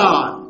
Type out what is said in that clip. God